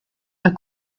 are